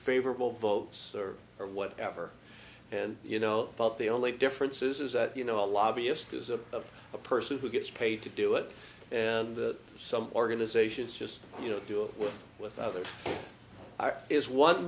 favorable votes or whatever and you know but the only difference is is that you know a lobbyist is a person who gets paid to do it and the some organizations just you know do it well with others is one